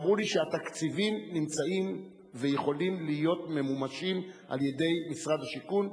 ואמרו לי שהתקציבים נמצאים ויכולים להיות ממומשים על-ידי משרד השיכון,